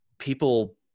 People